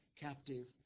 captive